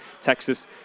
Texas